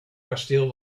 kasteel